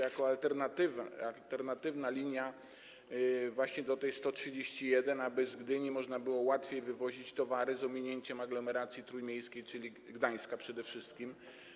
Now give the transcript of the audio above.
Jako alternatywna byłaby ta linia właśnie do linii nr 131, aby z Gdyni można było łatwiej wywozić towary z ominięciem aglomeracji trójmiejskiej, czyli Gdańska przede wszystkim.